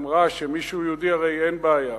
אמרה שמי שהוא יהודי הרי אין בעיה.